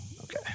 Okay